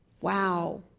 Wow